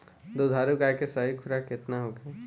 दुधारू गाय के सही खुराक केतना होखे?